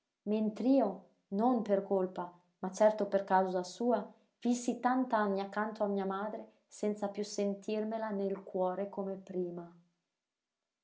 disgrazia mentr'io non per colpa ma certo per causa sua vissi tant'anni accanto a mia madre senza piú sentirmela nel cuore come prima